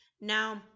Now